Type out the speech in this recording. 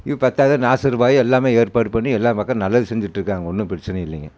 இது பத்தாது நாசர் பாய் எல்லாமே ஏற்பாடு பண்ணி எல்லா பக்கம் நல்லது செஞ்சுட்ருக்காங்க ஒன்றும் பிரச்சினை இல்லைங்க